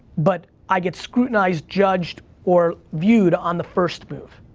but i get scrutinized, judged, or viewed on the first move.